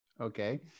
okay